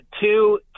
two